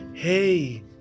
Hey